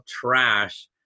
trash